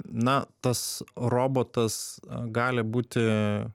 na tas robotas gali būti